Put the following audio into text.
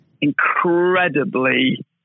incredibly